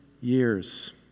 years